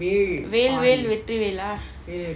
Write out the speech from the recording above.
வேல் வேல் வெற்றி வேல்:vel vel vetri vel lah